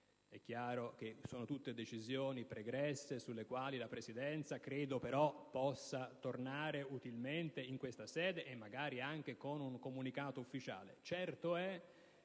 È chiaro che si tratta di decisioni pregresse, sulle quali la Presidenza credo possa tornare utilmente in questa sede, e magari con un comunicato ufficiale.